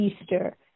Easter